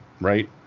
Right